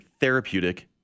therapeutic